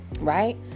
right